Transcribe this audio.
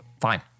fine